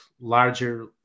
larger